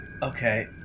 Okay